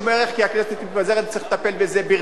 כי הכנסת מתפזרת ונצטרך לטפל בזה ברצינות